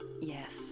Yes